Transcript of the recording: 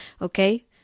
okay